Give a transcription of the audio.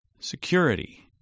security